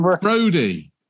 Brody